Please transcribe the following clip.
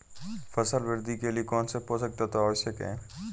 फसल वृद्धि के लिए कौनसे पोषक तत्व आवश्यक हैं?